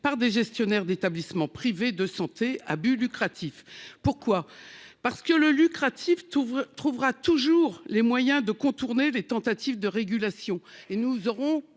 par des gestionnaires d'établissements privés de santé à but lucratif. Pourquoi parce que le lucratif tu ouvres trouvera toujours les moyens de contourner les tentatives de régulation et nous aurons